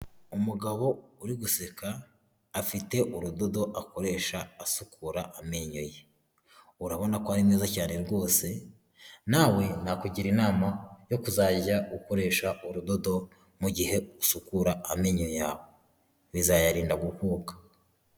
Umugabo uri guseka; afite urudodo akoresha asukura amenyo ye, urabona ko ari neza cyane rwose, nawe nakugira inama yo kuzajya ukoresha urudodo mu gihe usukura amenyo yawe; bizayarinda gukuka.